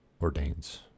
ordains